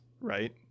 right